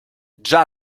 già